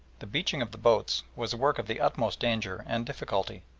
the beaching of the boats was a work of the utmost danger and difficulty,